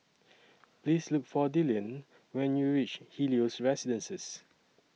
Please Look For Dillion when YOU REACH Helios Residences